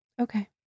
Okay